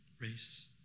race